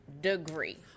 degree